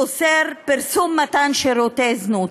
אוסר פרסום מתן שירותי זנות.